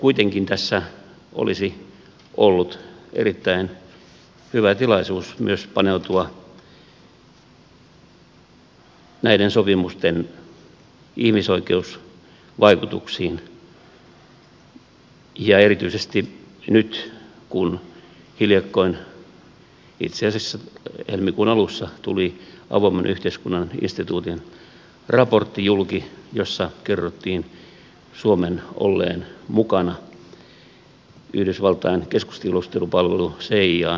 kuitenkin tässä olisi ollut erittäin hyvä tilaisuus myös paneutua näiden sopimusten ihmisoikeusvaikutuksiin ja erityisesti nyt kun hiljakkoin itse asiassa helmikuun alussa tuli julki avoimen yhteiskunnan instituutin raportti jos sa kerrottiin suomen olleen mukana yhdysvaltain keskustiedustelupalvelu cian operaatiossa